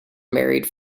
married